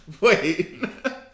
Wait